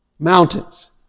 Mountains